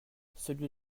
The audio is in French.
celui